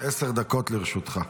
עשר דקות לרשותך.